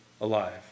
alive